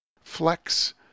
Flex